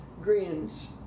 greens